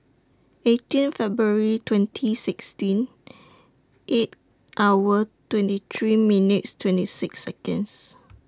eighteen February twenty sixteen eight hour twenty three minutes twenty six Seconds